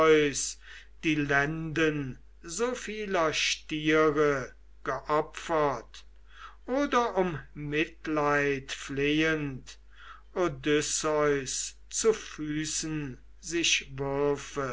die lenden so vieler stiere geopfert oder um mitleid flehend odysseus zu füßen sich